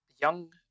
young